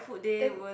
then